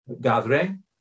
gathering